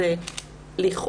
לפי הנוסח,